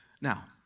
Now